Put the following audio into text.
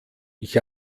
ich